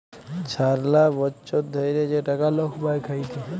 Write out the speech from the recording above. ছারা বচ্ছর ধ্যইরে যে টাকা লক পায় খ্যাইটে